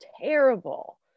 terrible